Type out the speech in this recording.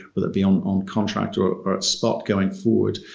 whether it be um on contract or or at spot, going forward.